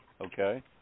Okay